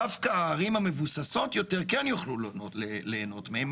דווקא הערים המבוססות יותר כן יוכלו ליהנות מהם,